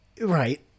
Right